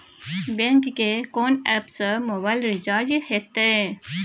Bank के कोन app से मोबाइल रिचार्ज हेते?